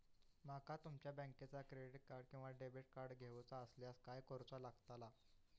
माका तुमच्या बँकेचा क्रेडिट कार्ड किंवा डेबिट कार्ड घेऊचा असल्यास काय करूचा लागताला?